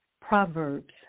Proverbs